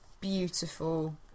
beautiful